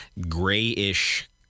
grayish